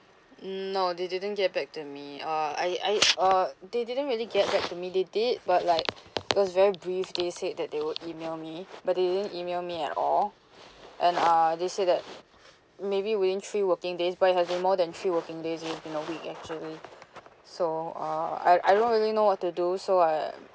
um no they didn't get back to me uh I I uh they didn't really get back to me they did but like it was very brief they said that they would email me but they didn't email me at all and uh they said that maybe within three working days but it has been more than three working days it has been a week actually so uh I I don't really know what to do so I